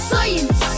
Science